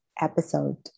episode